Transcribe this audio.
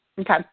Okay